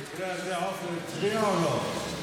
במקרה הזה עופר הצביע או לא?